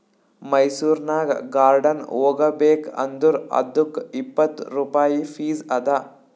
ಮೈಸೂರನಾಗ್ ಗಾರ್ಡನ್ ಹೋಗಬೇಕ್ ಅಂದುರ್ ಅದ್ದುಕ್ ಇಪ್ಪತ್ ರುಪಾಯಿ ಫೀಸ್ ಅದಾ